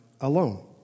alone